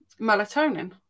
melatonin